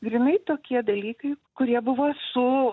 grynai tokie dalykai kurie buvo su